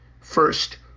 First